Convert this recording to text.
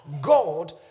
God